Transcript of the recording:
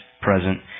present